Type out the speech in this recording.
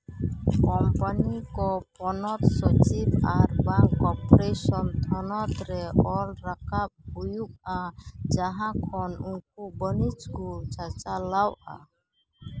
company ᱠᱚ ᱯᱚᱱᱚᱛ ᱥᱚᱪᱤᱵ ᱟᱨᱵᱟᱝ ᱠᱚᱨᱯᱳᱨᱮᱥᱚᱱ ᱛᱷᱚᱱᱚᱛ ᱨᱮ ᱚᱞ ᱨᱟᱠᱟᱵ ᱦᱩᱭᱩᱜᱼᱟ ᱡᱟᱦᱟᱸ ᱠᱷᱚᱱ ᱩᱱᱠᱩ ᱵᱟᱹᱱᱤᱡᱽ ᱠᱚ ᱪᱟᱪᱞᱟᱣᱟ